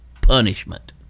Punishment